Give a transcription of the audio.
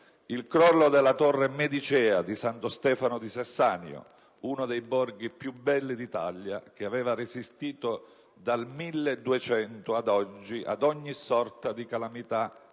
il crollo della Torre medicea di Santo Stefano di Sessanio, uno dei borghi più belli d'Italia, che aveva resistito dal 1200 ad oggi ad ogni sorta di calamità, anche